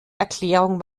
erklärung